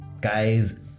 guys